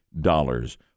dollars